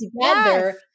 together